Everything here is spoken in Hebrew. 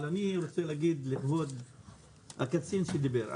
אבל אני רוצה להגיד לכבוד הקצין שדיבר,